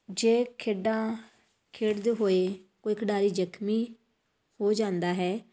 ਜੇ ਖੇਡਾਂ ਖੇਡਦੇ ਹੋਏ ਕੋਈ ਖਿਡਾਰੀ ਜ਼ਖਮੀ ਹੋ ਜਾਂਦਾ ਹੈ